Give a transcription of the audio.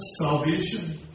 salvation